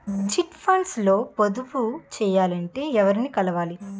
Chit funds లో పొదుపు చేయాలంటే ఎవరిని కలవాలి?